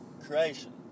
Creation